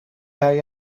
bij